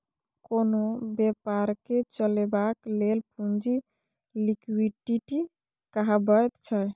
कोनो बेपारकेँ चलेबाक लेल पुंजी लिक्विडिटी कहाबैत छै